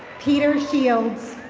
peter shields.